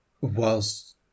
whilst